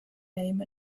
name